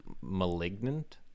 Malignant